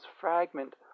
fragment